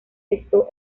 esto